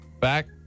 back